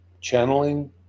channeling